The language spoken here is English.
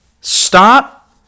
stop